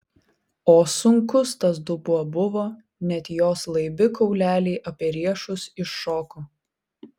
o sunkus tas dubuo buvo net jos laibi kauleliai apie riešus iššoko